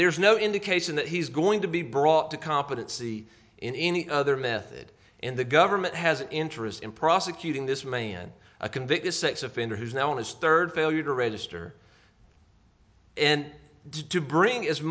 there's no indication that he's going to be brought to competency in any other method in the government has an interest in prosecuting this man a convicted sex offender who's now on his third failure to register and to bring as